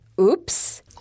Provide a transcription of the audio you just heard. Oops